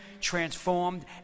transformed